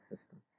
system